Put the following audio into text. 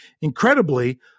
Incredibly